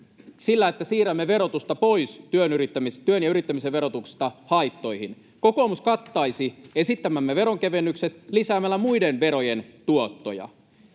sillä, että siirrämme verotusta pois työn ja yrittämisen verotuksesta haittoihin. Kokoomus kattaisi esittämämme veronkevennykset lisäämällä muiden verojen tuottoja.